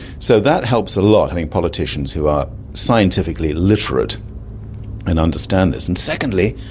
so that helps a lot, having politicians who are scientifically literate and understand this. and secondly,